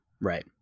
right